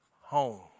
home